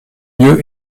lieu